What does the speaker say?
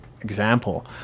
example